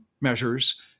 measures